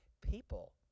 people